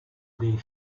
des